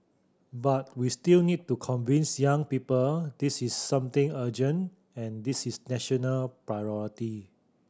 but we still need to convince young people this is something urgent and this is national priority